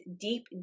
deep